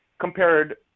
compared